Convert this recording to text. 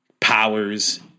powers